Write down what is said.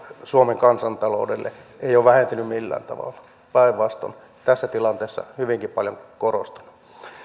suomen kansantaloudelle ei ole vähentynyt millään tavalla päinvastoin tässä tilanteessa hyvinkin paljon korostunut